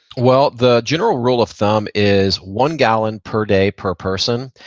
well, the general rule of thumb is one gallon per day per person.